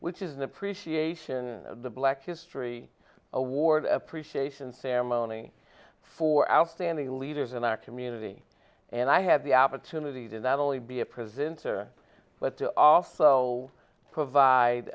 which is an appreciation of the black history award appreciation ceremony for outstanding leaders in our community and i had the opportunity to not only be a presenter but to also